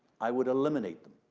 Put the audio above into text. i would eliminate